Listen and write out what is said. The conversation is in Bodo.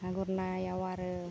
ना गुरनायआव आरो